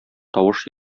тавыш